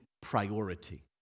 priority